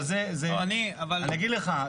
אני אגיד לך,